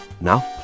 now